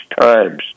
times